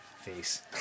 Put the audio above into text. face